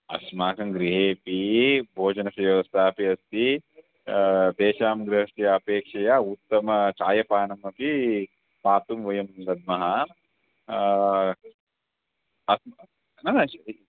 अस्माकं गृहेपि भोजनस्य व्यवस्था अपि अस्ति तेषां गृहस्य अपेक्षया उत्तमं चायपानमपि पातुं वयं दद्मः अस्माकम् नन